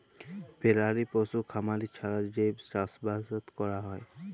পেরালি পশু খামারি ছাড়া যে চাষবাসট ক্যরা হ্যয়